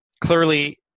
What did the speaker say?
clearly